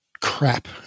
crap